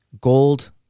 gold